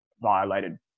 violated